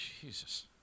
Jesus